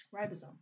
ribosome